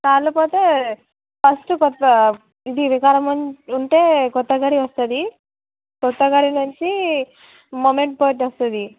కార్లో పోతే ఫస్ట్ కొత్త ఇది వికారాబాద్ ఉంటే కొత్తగడి వస్తుంది కొత్తగడి నుంచి మోమిన్ పేట్ వస్తుంది